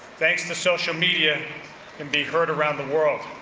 thanks to social media can be heard around the world.